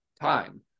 time